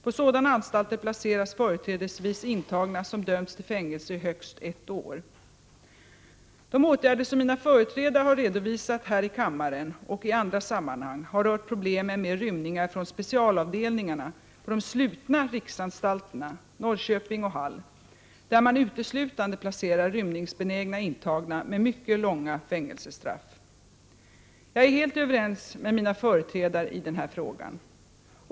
På sådana anstalter placeras företrädesvis intagna som dömts till fängelse i högst ett år. De åtgärder som mina företrädare har redovisat här i kammaren och i andra sammanhang har rört problemen med rymningar från specialavdelningarna på de slutna riksanstalterna Norrköping och Hall, där man uteslutande placerar rymningsbenägna intagna med mycket långa fängelsestraff. Jag är helt överens med mina företrädare i den här frågan.